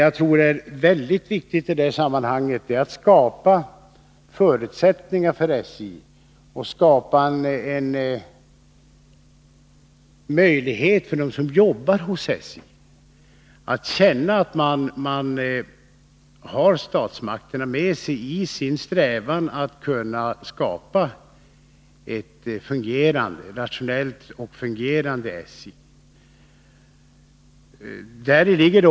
Jag vill i det sammanhanget säga att jag tror att det är utomordentligt viktigt att vi skapar sådana förutsättningar för SJ att vi därmed ger dem som arbetar där möjlighet att känna att de har statsmakterna med sig i sin strävan att utveckla SJ till ett rationellt och fungerande företag.